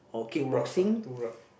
too rough ah too rough